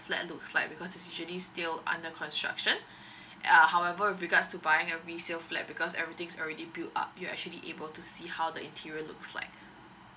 flat looks like because it is usually still under construction ya however with regards to buying a resale flat because everything's already built up you actually able to see how the interior looks like